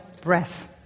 breath